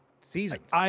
seasons